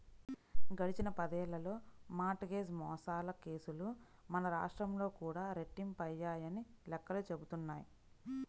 గడిచిన పదేళ్ళలో mortgage మోసాల కేసులు మన రాష్ట్రంలో కూడా రెట్టింపయ్యాయని లెక్కలు చెబుతున్నాయి